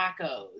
tacos